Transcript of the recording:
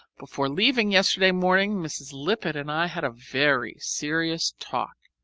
before leaving yesterday morning, mrs. lippett and i had a very serious talk.